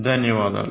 ధన్యవాదాలు